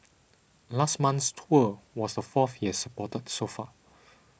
last month's tour was the fourth he has supported so far